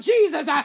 Jesus